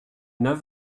neuf